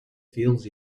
fils